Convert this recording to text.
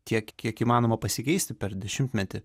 tiek kiek įmanoma pasikeisti per dešimtmetį